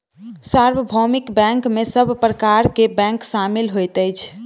सार्वभौमिक बैंक में सब प्रकार के बैंक शामिल होइत अछि